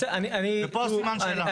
ופה סימן השאלה.